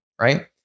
right